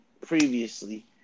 previously